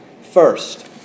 First